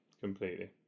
completely